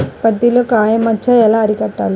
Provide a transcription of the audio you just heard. పత్తిలో కాయ మచ్చ ఎలా అరికట్టాలి?